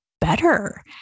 better